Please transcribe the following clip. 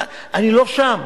אני לא שם.